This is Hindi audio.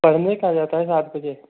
पढ़ने कहाँ जाता है सात बजे